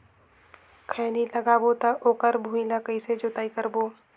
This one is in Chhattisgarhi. खैनी लगाबो ता ओकर भुईं ला कइसे जोताई करबो?